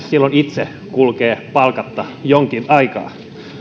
silloin todennäköisesti itse kulkee palkatta jonkin aikaa